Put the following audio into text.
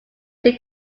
they